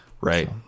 Right